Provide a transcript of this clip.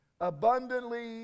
abundantly